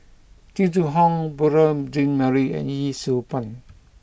Jing Jun Hong Beurel Jean Marie and Yee Siew Pun